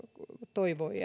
toivoi